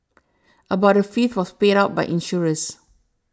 about a fifth was paid out by insurers